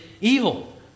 evil